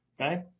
Okay